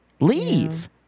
Leave